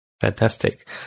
Fantastic